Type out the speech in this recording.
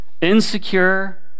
insecure